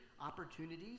opportunities